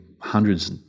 hundreds